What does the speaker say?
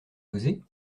oser